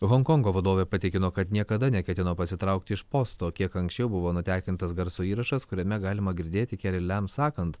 honkongo vadovė patikino kad niekada neketino pasitraukti iš posto kiek anksčiau buvo nutekintas garso įrašas kuriame galima girdėti keri lem sakant